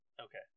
Okay